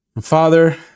Father